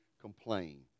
complain